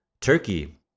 Turkey